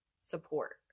support